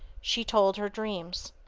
she told her dreams.